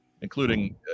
including